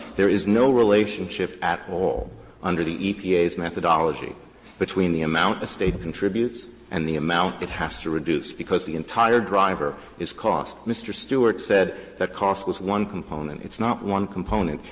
there is no relationship at under the epa's methodology between the amount a state contributes and the amount it has to reduce, because the entire driver is cost. mr. stewart said that cost was one component. it's not one component.